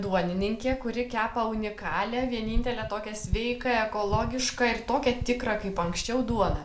duonininkė kuri kepa unikalią vienintelę tokią sveiką ekologišką ir tokią tikrą kaip anksčiau duoną